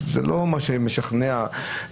אז זה לא מה משכנע מנכ"ל.